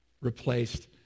replaced